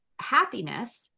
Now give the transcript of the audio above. happiness